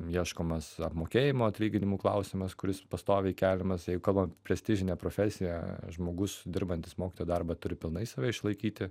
ieškomas apmokėjimo atlyginimų klausimas kuris pastoviai keliamas jeigu kalbam apie prestižinę profesiją žmogus dirbantis mokytojo darbą turi pilnai save išlaikyti